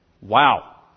Wow